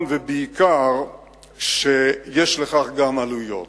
בעיקר מכיוון שיש לכך גם עלויות.